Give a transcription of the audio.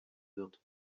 wird